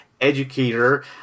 educator